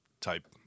type